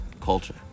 Culture